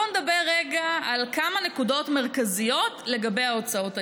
בואו נדבר רגע על כמה נקודות מרכזיות לגבי ההוצאות הישירות: